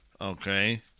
okay